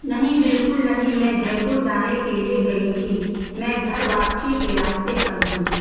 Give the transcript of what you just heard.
نہیں بالکل نہیں میں جےپور جانے کے لیے گئی تھی میں گھر واپسی کے راستے پر ہوں